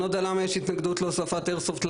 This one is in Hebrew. אני לא יודע למה יש התנגדות להוספת ההגדרה של "איירסופט".